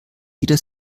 jede